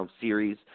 series